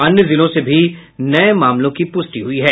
अन्य जिलों से भी नये मामलों की पुष्टि हुई है